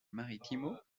marítimo